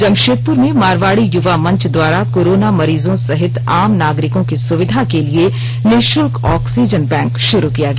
जमशेदपुर में मारवाड़ी युवा मंच द्वारा कोरोना मरीजों सहित आम नागरिकों की सुविधा के लिए निःशुल्क ऑक्सीजन बैंक शुरू किया गया